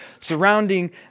surrounding